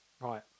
Right